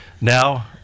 Now